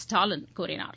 ஸ்டாலின் கூறினார்